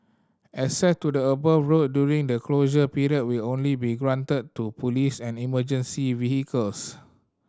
access to the above road during the closure period will only be granted to police and emergency vehicles